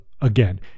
again